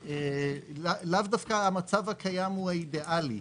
לאו דווקא המצב הקיים הוא אידיאלי.